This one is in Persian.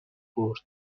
برد